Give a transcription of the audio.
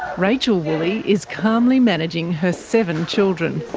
rachel woolley is calmly managing her seven children.